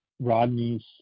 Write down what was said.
Rodney's